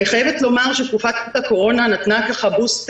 אני חייבת לומר שתקופת הקורונה נתנה חיזוק